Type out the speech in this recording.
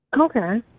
Okay